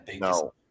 No